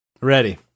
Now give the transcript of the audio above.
Ready